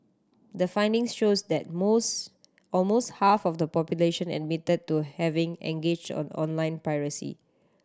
the findings shows that most almost half of the population admitted to having engaged on online piracy